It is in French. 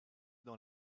dans